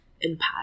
impact